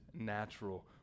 natural